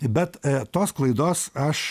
bet tos klaidos aš